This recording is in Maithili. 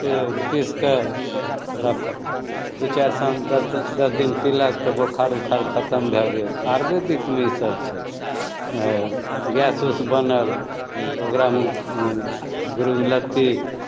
पीसिके ओकरा दुइ चारि शाम दस द दस दिन पिलक तऽ बोखार उखार खतम भै गेल आयुर्वेदिकमे ईसब छै अँ गैस उस बनल तऽ ओकरामे गुरिचलत्ती